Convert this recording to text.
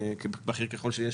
בכיר ככל שיהיה,